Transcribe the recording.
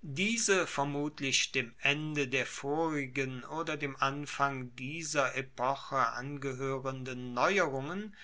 diese vermutlich dem ende der vorigen oder dem anfang dieser epoche angehoerenden neuerungen